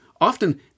often